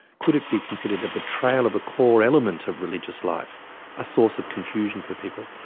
could it be considered a betrayal of a core element of religious life a source of confusion for people?